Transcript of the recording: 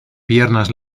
piernas